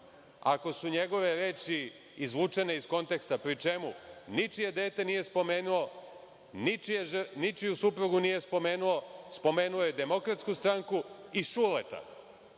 ako su njegove reči izvučene iz konteksta pri čemu ničije dete nije spomenuo, ničiju suprugu nije spomenuo. Spomenuo je DS i Šuleta.